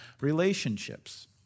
relationships